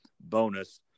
bonus